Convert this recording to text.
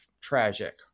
tragic